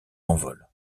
envol